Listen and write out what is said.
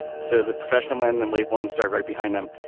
so the professional mind and wave one start right behind them.